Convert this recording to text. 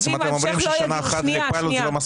בעצם אתם אומרים ששנה אחת לפיילוט זה לא מספיק?